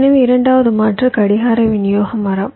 எனவே இரண்டாவது மாற்று கடிகார விநியோக மரம்